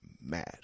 mad